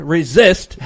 Resist